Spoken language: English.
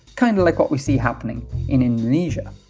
kind of like what we see happening in indonesia.